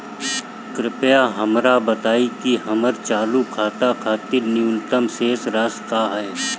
कृपया हमरा बताइं कि हमर चालू खाता खातिर न्यूनतम शेष राशि का ह